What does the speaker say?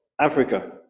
Africa